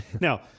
Now